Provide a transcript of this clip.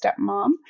Stepmom